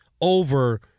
over